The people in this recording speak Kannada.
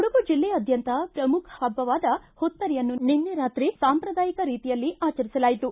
ಕೊಡಗು ಜಿಲ್ಲೆಯಾದ್ಯಂತ ಪ್ರಮುಖ ಹಬ್ಬವಾದ ಹುತ್ತರಿಯನ್ನು ನಿನ್ನೆ ರಾತ್ರಿ ಸಾಂಪ್ರದಾಯಿಕ ರೀತಿಯಲ್ಲಿ ಆಚರಿಸಲಾಯಿತು